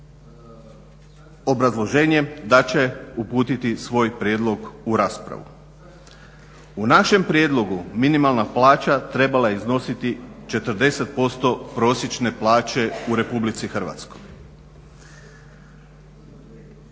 U našem prijedlogu minimalna plaća trebala je iznositi 40% prosječne plaće u Republici Hrvatskoj,